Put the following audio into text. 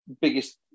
biggest